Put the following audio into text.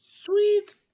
Sweet